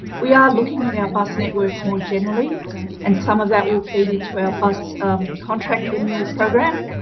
we are looking at our bus networks more generally and some of that will feed into our bus contract renewal program,